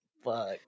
Fuck